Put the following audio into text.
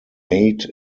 mate